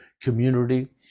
community